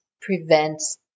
prevents